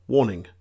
Warning